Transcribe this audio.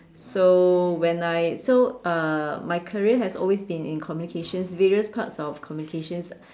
so when I so uh my career has always been in communications various types of communications